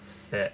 sad